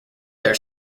their